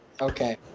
Okay